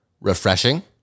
Refreshing